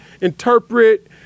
interpret